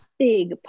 Big